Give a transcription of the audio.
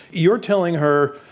you're telling her,